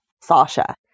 Sasha